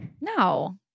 No